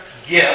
Gift